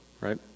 right